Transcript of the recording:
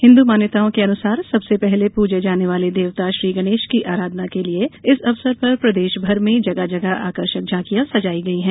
हिन्दू मान्यताओं के अनुसार सबसे पहले पूजे जाने वाले देवता श्री गणेश की आराधना के लिए इस अवसर पर प्रदेश भर में जगह जगह आकर्षक झांकियां सजाई गई हैं